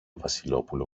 βασιλόπουλο